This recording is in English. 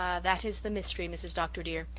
ah that is the mystery, mrs. dr. dear.